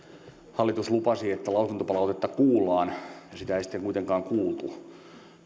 hallitus lupasi että lausuntopalautetta kuullaan sitä ei sitten kuitenkaan kuultu